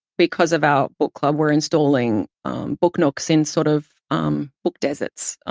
because of our book club, we're installing um book nooks in sort of um book deserts,